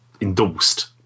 endorsed